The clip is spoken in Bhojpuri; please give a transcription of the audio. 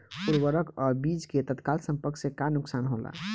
उर्वरक अ बीज के तत्काल संपर्क से का नुकसान होला?